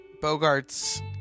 Bogart's